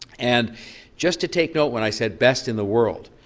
and just to take note when i said best in the world,